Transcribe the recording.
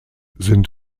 sind